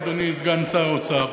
אדוני סגן שר האוצר.